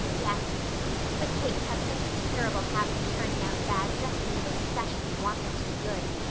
yes but cakes have such a terrible habit of turning out bad just when you especially want them to be good,